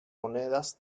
monedas